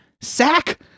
sack